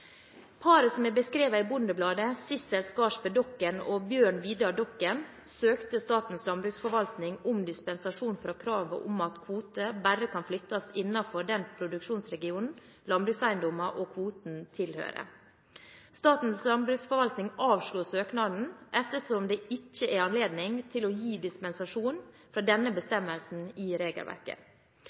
Paret som er beskrevet i Bondebladet, Sissel Skarsbø Dokken og Bjørn Vidar Dokken, søkte Statens landbruksforvaltning om dispensasjon fra kravet om at kvote bare kan flyttes innenfor den produksjonsregionen landbrukseiendommen og kvoten tilhører. Statens landbruksforvaltning avslo søknaden ettersom det ikke er anledning til å gi dispensasjon fra denne bestemmelsen i regelverket.